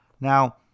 Now